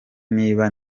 niba